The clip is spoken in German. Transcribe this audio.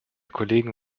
kollegen